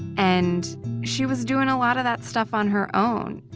and she was doing a lot of that stuff on her own.